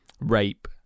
rape